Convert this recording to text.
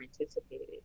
anticipated